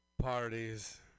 parties